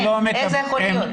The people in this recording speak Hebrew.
איך זה יכול להיות?